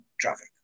traffic